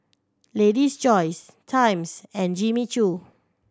Lady's Choice Times and Jimmy Choo